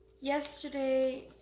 yesterday